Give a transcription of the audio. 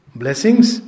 blessings